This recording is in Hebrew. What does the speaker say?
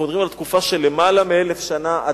אנחנו מדברים על תקופה של למעלה מ-1,000 שנה.